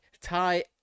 tie